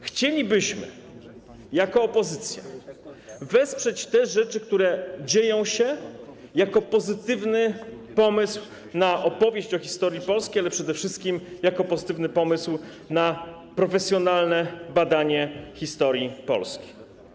Chcielibyśmy jako opozycja wesprzeć te rzeczy, które dzieją się jako pozytywny pomysł na opowieść o historii Polski, ale przede wszystkim jako pozytywny pomysł na profesjonalne badanie historii Polski.